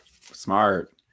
Smart